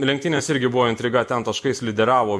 lenktynės irgi buvo intriga ten taškais lyderiavo